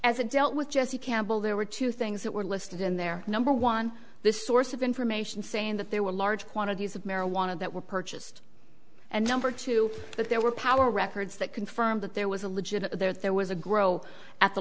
it dealt with jesse campbell there were two things that were listed in there number one this source of information saying that there were large quantities of marijuana that were purchased and number two that there were power records that confirmed that there was a legit there there was a grow at the